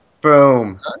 Boom